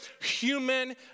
human